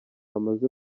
amaze